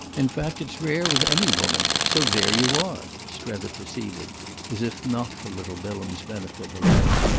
in fact it's rare with any woman. so there you are, strether proceeded as if not for little bilham's benefit alone.